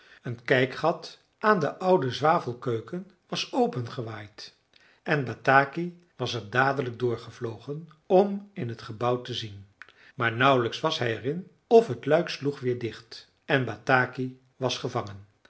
een kijkgat aan de oude zwavelkeuken was opengewaaid en bataki was er dadelijk door gevlogen om in het gebouw te zien maar nauwlijks was hij erin of het luik sloeg weer dicht en bataki was gevangen